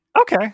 Okay